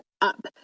up